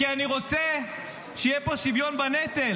כי אני רוצה שיהיה פה שוויון בנטל.